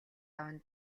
авна